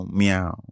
meow